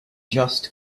just